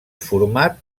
format